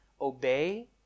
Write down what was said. Obey